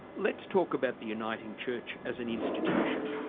let's talk about the uniting church as an institution.